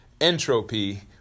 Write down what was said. Entropy